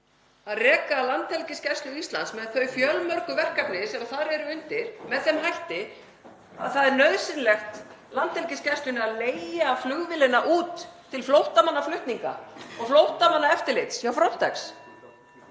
að reka Landhelgisgæslu Íslands með þau fjölmörgu verkefni sem þar eru undir með þeim hætti að nauðsynlegt er fyrir Landhelgisgæsluna að leigja flugvélina út til flóttamannaflutninga og flóttamannaeftirlits hjá Frontex.